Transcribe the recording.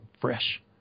fresh